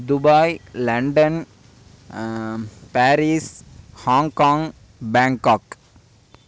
Dubai London Paris Hong Kong Bangkok